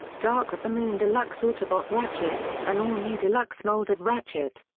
dark of the moon deluxe autobot ratchet an all-new deluxe mold of ratchet.